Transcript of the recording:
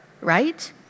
right